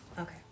okay